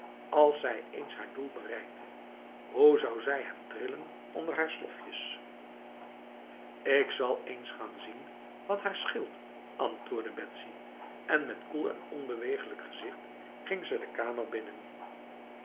als zij eens haar doel bereikte hoe zou zij hem drillen onder haar slofjes ik zal eens gaan zien wat haar scheelt antwoordde betsy en met koel en onbeweeglijk gezicht ging ze de kamer binnen